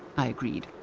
i agreed,